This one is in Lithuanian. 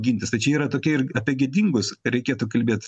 gintis tai čia yra tokia ir apie gėdingus reikėtų kalbėt